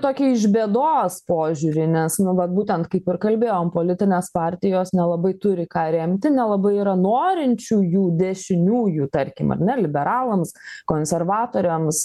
tokį iš bėdos požiūrį nes nu vat būtent kaip ir kalbėjom politinės partijos nelabai turi ką remti nelabai yra norinčiųjų dešiniųjų tarkim ar ne liberalams konservatoriams